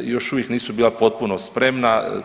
još uvijek nisu bila potpuno spremna.